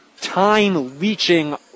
time-leeching